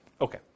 Okay